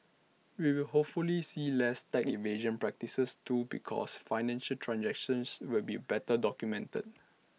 we will hopefully see less tax evasion practices too because financial transactions will be better documented